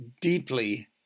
deeply